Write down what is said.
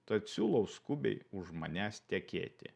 tad siūlau skubiai už manęs tekėti